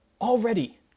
Already